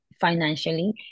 financially